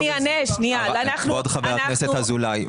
כבוד חבר הכנסת אזולאי,